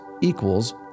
equals